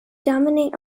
dominate